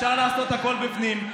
אפשר לעשות הכול בפנים,